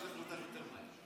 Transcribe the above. ישלחו אותך יותר מהר.